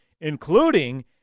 including